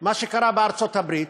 מה שקרה בארצות-הברית